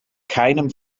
keinem